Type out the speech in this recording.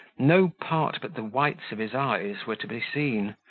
no part but the whites of his eyes were to be seen,